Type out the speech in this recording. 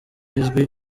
ijwi